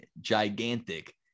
gigantic